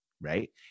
right